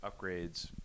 upgrades